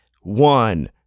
one